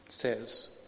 says